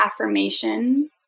affirmation